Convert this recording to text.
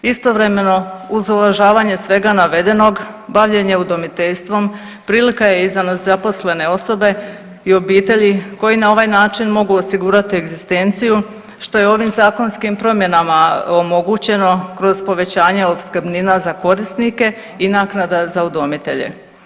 Istovremeno uz uvažavanje svega navedenog bavljenje udomiteljstvom prilika je i za nezaposlene osobe i obitelji koji na ovaj način mogu osigurati egzistencije, što je ovim zakonskim promjenama omogućeno kroz povećanje opskrbnina za korisnike i naknada za udomitelje.